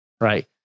right